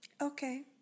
Okay